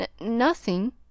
Nothing